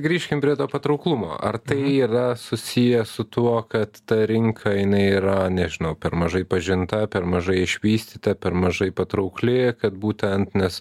grįžkim prie to patrauklumo ar tai yra susiję su tuo kad ta rinka jinai yra nežinau per mažai pažinta per mažai išvystyta per mažai patraukli kad būtent nes